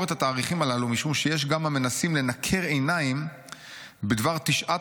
את התאריכים הללו משום שיש גם המנסים לנקר עיניים בדבר תשעת